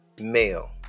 male